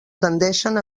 tendeixen